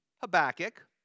Habakkuk